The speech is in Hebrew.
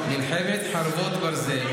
מלחמת חרבות ברזל,